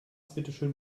bitteschön